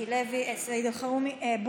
מיקי לוי, בעד, בוסו,